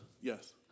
Yes